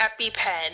EpiPen